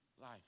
life